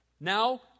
now